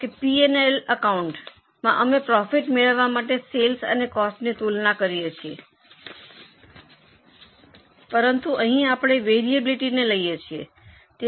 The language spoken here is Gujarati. પી એન્ડ એલ એકાઉન્ટમાં અમે પ્રોફિટ મેળવવા માટે સેલ્સ અને કોસ્ટની તુલના કરીએ છીએ પરંતુ અહીં આપણે વરીઅબીલીટીને લઈએ છીએ